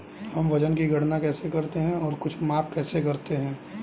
हम वजन की गणना कैसे करते हैं और कुछ माप कैसे करते हैं?